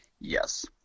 Yes